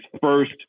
first